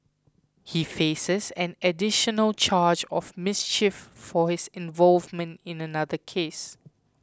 he faces an additional charge of mischief for his involvement in another case